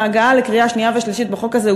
ההגעה לקריאה שנייה ושלישית בחוק הזה,